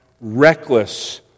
reckless